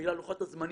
בגלל לוחות הזמנים,